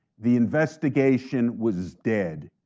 the investigation was dead.